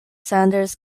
saunders